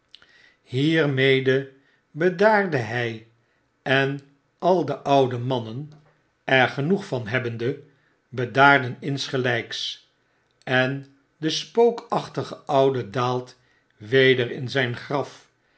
hiermede bedaarde hy en al de oude mannen er genoeg van hebbende bedaardeninsgelyks en de spookachtige oude daalt weder in zijn graf